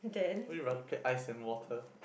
when you round to play ice and water